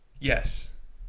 Yes